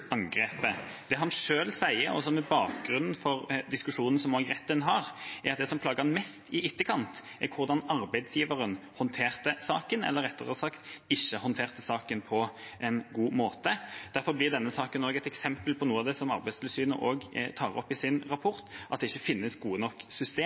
han sier selv, og som også er bakgrunnen for diskusjonen som retten har, er at det som plager ham mest i etterkant, er hvordan arbeidsgiveren håndterte saken, eller rettere sagt ikke håndterte saken på en god måte. Derfor blir denne saken også et eksempel på noe av det som Arbeidstilsynet tar opp i sin